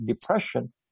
depression